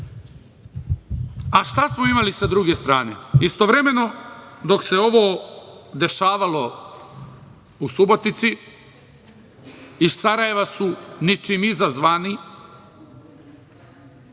smo imali sa druge strane? Istovremeno dok se ovo dešavalo u Subotici, iz Sarajeva su ničim izazvani